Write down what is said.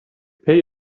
pay